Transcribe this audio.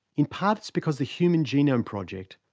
in part, it's because the human genome project,